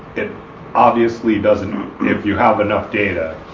it obviously doesn't if you have enough data.